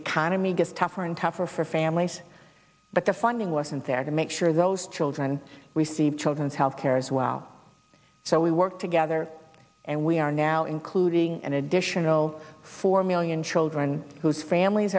economy gets tougher and tougher for families but the funding wasn't there to make sure those children receive children's health care as well so we work together and we are now including an additional four million children whose families